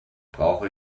brauche